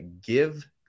give